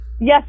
Yes